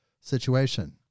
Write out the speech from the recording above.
situation